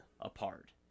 apart